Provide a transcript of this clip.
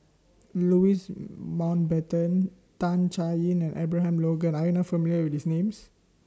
Louis Mountbatten Tan Chay Yan and Abraham Logan Are YOU not familiar with These Names